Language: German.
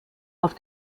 auf